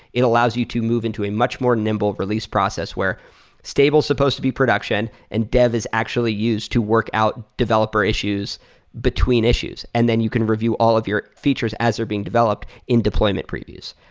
it allows you to move into a much more nimble release process where stable is supposed to be production and dev is actually used to work out developer issues between issues, and then you can review all of your features as they're being developed in deployment previous.